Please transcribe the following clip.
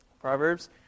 Proverbs